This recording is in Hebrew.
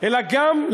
אלא גם,